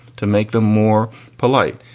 to make them more polite.